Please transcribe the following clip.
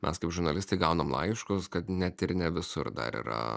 mes kaip žurnalistai gaunam laiškus kad net ir ne visur dar yra